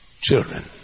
children